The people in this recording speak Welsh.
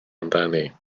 amdani